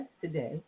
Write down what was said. today